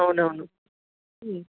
అవునవును